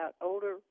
older